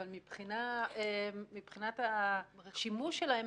אבל מבחינת השימוש שלהם,